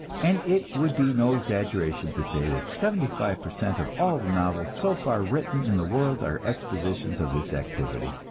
and it would be no exaggeration to say that seventy-five per cent of all the novels so far written in the world are expositions of this activity